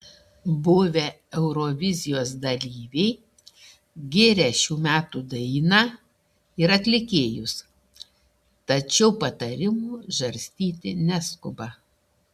buvę eurovizijos dalyviai giria šių metų dainą ir atlikėjus tačiau patarimų žarstyti neskuba